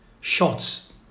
shots